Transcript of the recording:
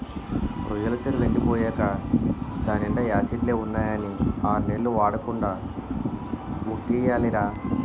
రొయ్యెల సెరువెండి పోయేకా దాన్నీండా యాసిడ్లే ఉన్నాయని ఆర్నెల్లు వాడకుండా వొగ్గియాలిరా